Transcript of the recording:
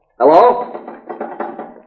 Hello